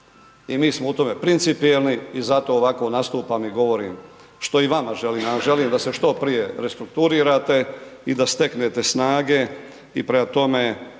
i mi smo u tom principijelni i zato ovako nastupam i govorim što i vama želim a želim da se što prije restrukturirate i da steknete snage i prema tome